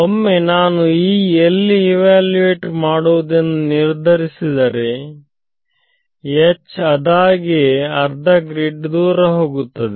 ಒಮ್ಮೆ ನಾನು E ಎಲ್ಲಿ ಇವ್ಯಾಲ್ಯೂಯೇಟ್ ಮಾಡುವುದೆಂದು ನಿರ್ಧರಿಸಿದರೆ H ಅದಾಗಿಯೇ ಅರ್ಧ ಗ್ರೀಡ್ ದೂರ ಹೋಗುತ್ತದೆ